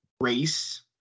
race